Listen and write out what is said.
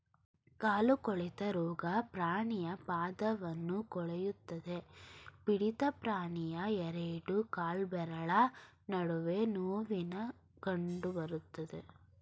ಕಾಲು ಕೊಳೆತ ರೋಗ ಪ್ರಾಣಿಯ ಪಾದವನ್ನು ಕೊಳೆಯುತ್ತದೆ ಪೀಡಿತ ಪ್ರಾಣಿಯ ಎರಡು ಕಾಲ್ಬೆರಳ ನಡುವೆ ನೋವಿನ ಕಂಡಬರುತ್ತೆ